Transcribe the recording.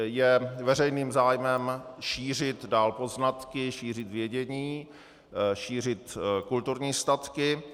Je veřejným zájmem šířit dál poznatky, šířit vědění, šířit kulturní statky.